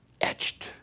etched